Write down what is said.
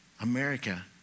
America